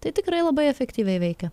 tai tikrai labai efektyviai veikia